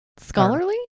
Scholarly